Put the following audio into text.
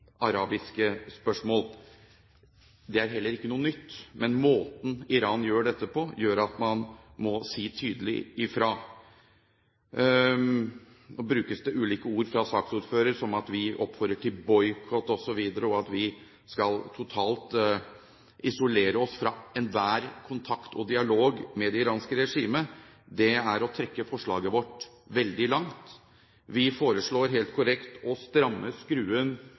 arabiske spørsmål. Det er heller ikke noe nytt. Men måten Iran gjør dette på, gjør at man må si tydelig fra. Nå brukes det ulike ord fra saksordføreren, som at vi oppfordrer til «boikott», osv., og at vi vil isolere oss totalt fra enhver kontakt og dialog med det iranske regimet. Det er å trekke forslaget vårt veldig langt. Vi foreslår helt korrekt å stramme skruen